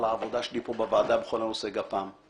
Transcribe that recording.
העבודה שלי פה בוועדה בכל נושא הגפ"מ.